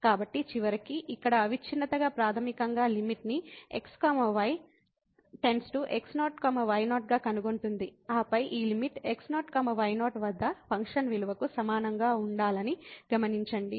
కాబట్టి చివరికి ఇక్కడ అవిచ్ఛిన్నతగా ప్రాథమికంగా లిమిట్ ని x y → x0 y0 గా కనుగొంటుంది ఆపై ఈ లిమిట్ x0 y0 వద్ద ఫంక్షన్ విలువకు సమానంగా ఉండాలని గమనించండి